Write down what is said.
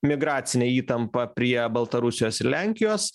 migracinę įtampą prie baltarusijos ir lenkijos